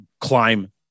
climb